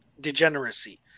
degeneracy